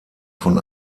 von